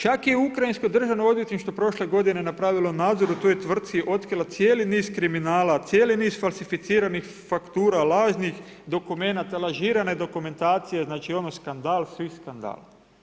Čak je ukrajinsko Državnoj odvjetništvo prošle godine napravilo nadzor u toj tvrtci i otkrilo cijeli niz kriminala, cijeli niz falsificiranih faktura, lažnih dokumenata, lažirane dokumentacije, znači ono skandal svih skandala.